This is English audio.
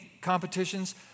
competitions